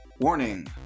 Warning